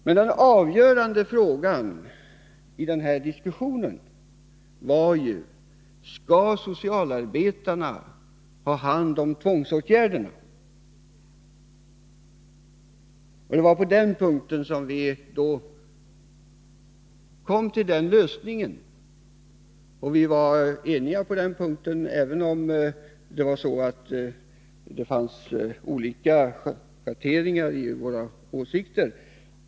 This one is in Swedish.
Av avgörande betydelse i den diskussionen var frågan: Skall socialarbetarna ha hand om tvångsåtgärderna? Vi var eniga på den punkten och kom fram till en lösning, även om det fanns olika schatteringar i våra åsikter.